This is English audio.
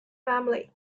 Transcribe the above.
family